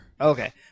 Okay